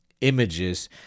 images